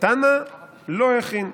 "תנא לו הכין"